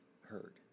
heard